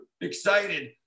excited